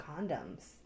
condoms